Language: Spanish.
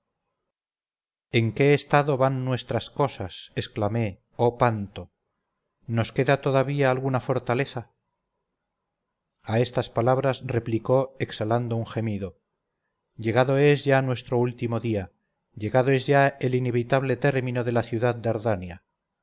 en qué estado van nuestras cosas exclamé oh panto nos queda todavía alguna fortaleza a estas palabras replicó exhalando un gemido llegado es ya nuestro último día llegado es ya el inevitable término de la ciudad dardania